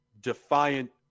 defiant